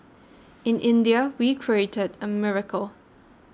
in India we've created a miracle